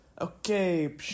Okay